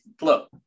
look